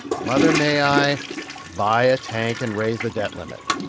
mother may i buy a tank and raise the debt limit?